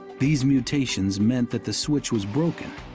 these mutations meant that the switch was broken.